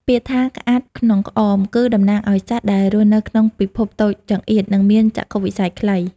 ពាក្យថា «ក្អាត់ក្នុងក្អម» គឺតំណាងឱ្យសត្វដែលរស់នៅក្នុងពិភពតូចចង្អៀត និងមានចក្ខុវិស័យខ្លី។